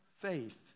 faith